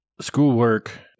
Schoolwork